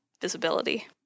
visibility